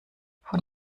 von